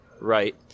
right